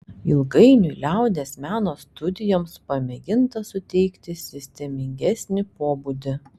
ilgainiui liaudies meno studijoms pamėginta suteikti sistemingesnį pobūdį